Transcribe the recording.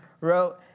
wrote